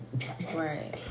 Right